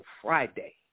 Friday